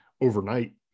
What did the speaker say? overnight